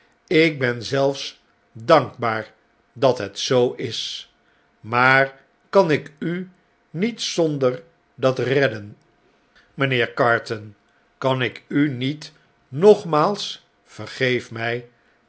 ik ben zelfs dankbaar dat het zoo is maar kan ik u niet zonder dat redden mynheer carton kan ik u niet nogmaals vergeef mh